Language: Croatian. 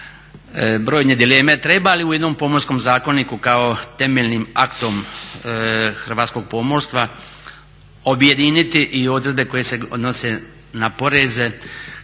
brojne dileme treba li u jednom Pomorskom zakoniku kao temeljnim aktom hrvatskog pomorstva objediniti i odredbe koje se odnose na poreze